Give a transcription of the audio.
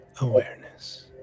awareness